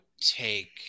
take